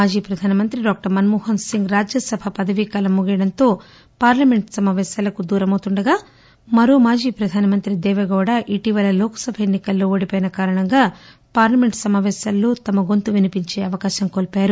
మాజీ ప్రధాని డాక్టర్ మన్మోహన్సింగ్ రాజ్యసభ పదవీ కాలం ముగియడంతో పార్లమెంట్ సమావేశాలకు దూరమౌతుండగా మరో మాజీ ప్రధాని దేవేగౌడ ఇటీవల లోక్సభ ఎన్సి కల్లో ఓడిపోయిన కారణంగా పార్లమెంట్ సమాపేశాల్లో తమ గొంతువినిపించే అవకాశం కోల్పోయారు